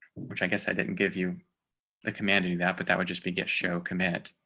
which i guess i didn't give you the command to do that but that would just be get show commit